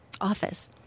office